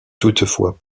toutefois